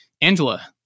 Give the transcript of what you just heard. Angela